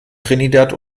trinidad